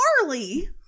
Charlie